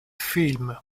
film